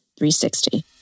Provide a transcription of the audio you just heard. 360